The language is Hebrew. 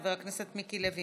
חבר הכנסת אלי אבידר,